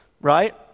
right